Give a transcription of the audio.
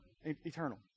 eternal